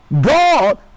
God